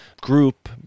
group